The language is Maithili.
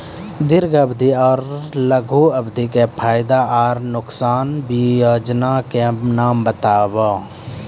दीर्घ अवधि आर लघु अवधि के फायदा आर नुकसान? वयोजना के नाम बताऊ?